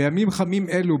בימים חמים אלו,